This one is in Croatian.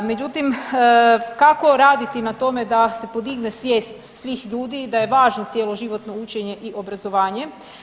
Međutim, kako raditi na tome da se podigne svijest svih ljudi i da je važno cjeloživotno učenje i obrazovanje.